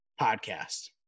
podcast